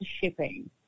shipping